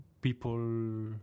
people